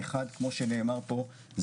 כפי שנאמר פה,